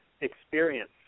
experience